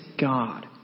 God